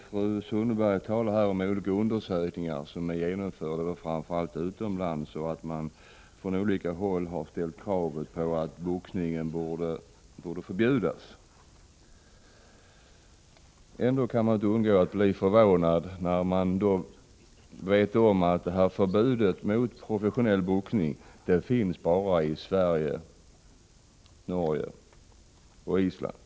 Fru talman! Fru Sundberg talar här om olika undersökningar som gjorts, framför allt utomlands, och anför att man från olika håll ställt krav på att boxningen borde förbjudas. Men man kan inte undgå att bli förvånad när man vet att förbudet mot proffsboxning bara finns i Sverige, Norge och på Island.